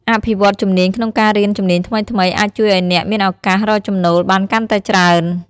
អភិវឌ្ឍជំនាញក្នុងការរៀនជំនាញថ្មីៗអាចជួយឱ្យអ្នកមានឱកាសរកចំណូលបានកាន់តែច្រើន។